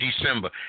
December